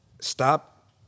stop